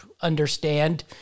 understand